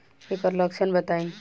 एकर लक्षण बताई?